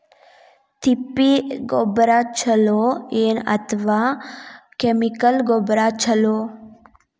ತಿಪ್ಪಿ ಗೊಬ್ಬರ ಛಲೋ ಏನ್ ಅಥವಾ ಕೆಮಿಕಲ್ ಗೊಬ್ಬರ ಛಲೋ?